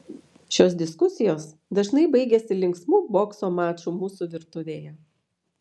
šios diskusijos dažnai baigiasi linksmu bokso maču mūsų virtuvėje